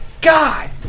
God